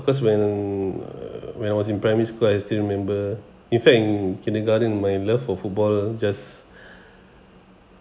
cause when uh when I was in primary school I still remember in fact in kindergarten my love for football just